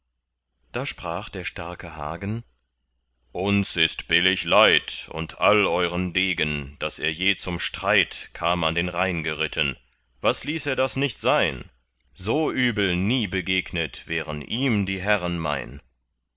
da sprach der starke hagen uns ist billig leid und all euern degen daß er je zum streit kam an den rhein geritten was ließ er das nicht sein so übel nie begegnet wären ihm die herren mein